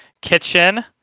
kitchen